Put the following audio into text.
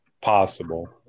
possible